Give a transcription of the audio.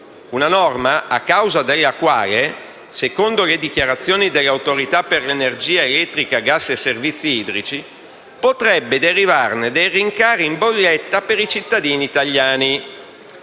Una norma che, secondo le dichiarazioni dell'Autorità per l'energia elettrica, gas e servizi idrici, potrebbe causare rincari in bolletta per i cittadini italiani.